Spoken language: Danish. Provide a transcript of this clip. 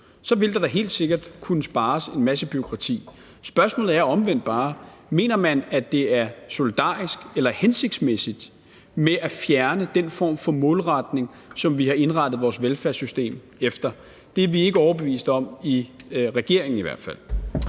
ydelser, helt sikkert kunne spares en masse bureaukrati. Spørgsmålet er omvendt bare: Mener man, at det er solidarisk eller hensigtsmæssigt at fjerne den form for målretning, som vi har indrettet vores velfærdssystem efter? Det er vi i hvert fald ikke overbevist om i regeringen. Kl.